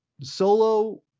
solo